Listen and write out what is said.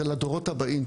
זה לדורות הבאים.